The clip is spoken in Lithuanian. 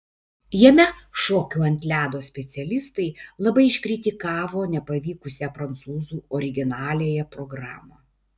jame šokių ant ledo specialistai labai iškritikavo nepavykusią prancūzų originaliąją programą